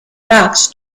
rocks